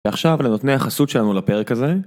ועכשיו אל נותני נחסות שלנו לפרק הזה.